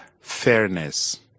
Fairness